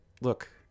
look